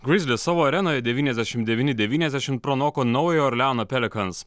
grizzlies savo arenoje devyniasdešim devyni devyniasdešim pranoko naujojo orleano pelicans